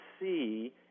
see